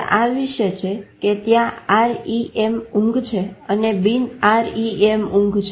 તે આ વિશે છે કે ત્યાં REM ઊંઘ છે અને બિન REM ઊંઘ છે